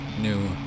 new